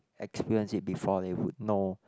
experience it before then he would know